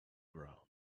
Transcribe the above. ground